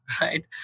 right